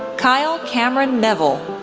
kyle cameron neville,